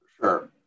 Sure